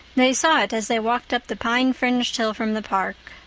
they saw it as they walked up the pine-fringed hill from the park.